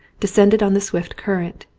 descended on the swift current,